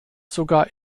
sogar